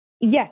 Yes